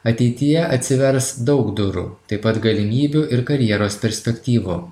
ateityje atsivers daug durų taip pat galimybių ir karjeros perspektyvų